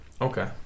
Okay